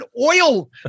oil